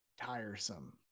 tiresome